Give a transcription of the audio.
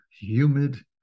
humid